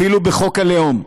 אפילו בחוק הלאום,